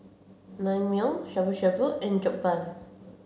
Naengmyeon Shabu shabu and Jokbal